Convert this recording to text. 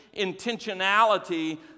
intentionality